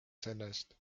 sellest